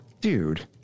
Dude